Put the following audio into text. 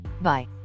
Bye